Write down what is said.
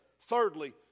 Thirdly